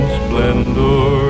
splendor